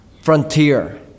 frontier